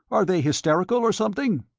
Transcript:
are they hysterical, or something?